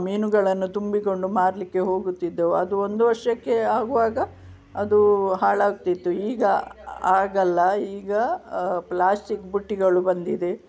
ಮೀನುಗಳನ್ನು ತುಂಬಿಕೊಂಡು ಮಾರಲಿಕ್ಕೆ ಹೋಗುತ್ತಿದ್ದೆವು ಅದು ಒಂದು ವರ್ಷಕ್ಕೆ ಆಗುವಾಗ ಅದು ಹಾಳಾಗ್ತಿತ್ತು ಈಗ ಹಾಗಲ್ಲ ಈಗ ಪ್ಲಾಸ್ಟಿಕ್ ಬುಟ್ಟಿಗಳು ಬಂದಿದೆ